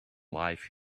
life